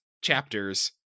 chapters